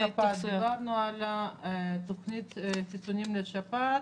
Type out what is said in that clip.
דבר שני, דיברנו על תוכנית החיסונים לשפעת.